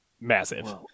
massive